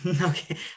Okay